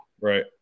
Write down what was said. right